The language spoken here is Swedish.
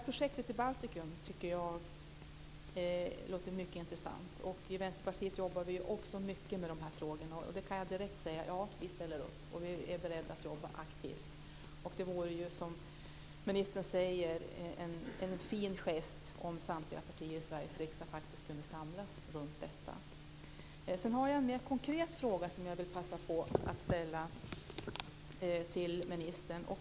Projektet i Baltikum låter mycket intressant. I Vänsterpartiet jobbar vi också mycket med de här frågorna. Jag kan direkt säga att vi ställer upp, och vi är beredda att jobba aktivt. Det vore, som ministern säger, en fin gest om samtliga partier i Sveriges riksdag faktiskt kunde samlas runt detta. Jag vill också passa på att ställa en mer konkret fråga till ministern.